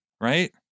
right